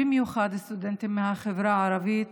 במיוחד הסטודנטים מהחברה הערבית,